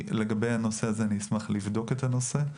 אשמח לבדוק את הנושא.